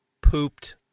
pooped